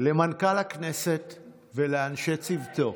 למנכ"ל הכנסת ולאנשי צוותו.